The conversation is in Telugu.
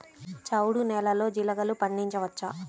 చవుడు నేలలో జీలగలు పండించవచ్చా?